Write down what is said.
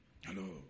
Hello